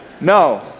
no